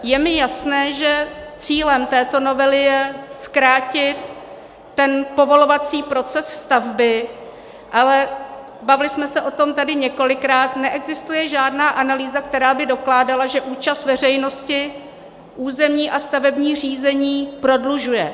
Je mi jasné, že cílem této novely je zkrátit povolovací proces stavby, ale bavili jsme se o tom tady několikrát, neexistuje žádná analýza, která by dokládala, že účast veřejnosti územní a stavební řízení prodlužuje.